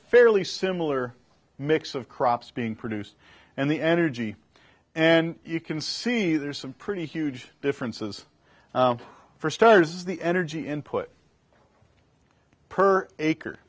fairly similar mix of crops being produced and the energy and you can see there are some pretty huge differences for starters is the energy input per acre